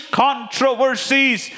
controversies